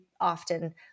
often